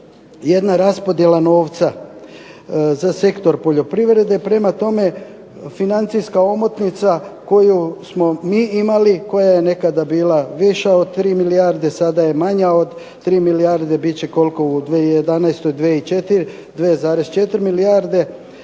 jedna raspodjela novca za sektor poljoprivrede, prema tome, financijska omotnica koju smo mi imali, koja je nekada bila više od 3 milijarde, sada je manja od 3 milijarde, biti će u 2011., 2,4 milijarde,